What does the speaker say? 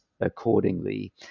accordingly